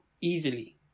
easily